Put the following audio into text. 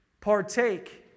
partake